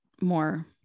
more